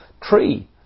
tree